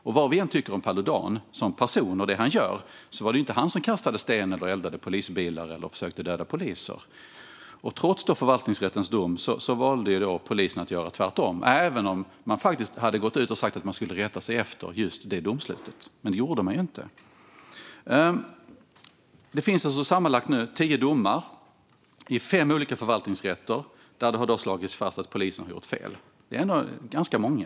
Och vad vi än tycker om Paludan som person och det han gör så var det inte han som kastade sten eller eldade polisbilar eller försökte döda poliser. Trots förvaltningsrättens dom valde polisen att göra tvärtom. Även om man faktiskt hade gått ut och sagt att man skulle rätta sig efter det domslutet gjorde man det inte. Det finns alltså nu sammanlagt tio olika domar i fem olika förvaltningsrätter där det har slagits fast att polisen har gjort fel. Det är ändå ganska många.